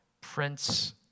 Prince